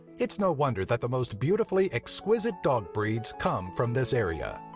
it's no wonder that the most beautifully exquisite dog breeds come from this area.